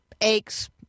aches